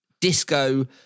disco